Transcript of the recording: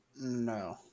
No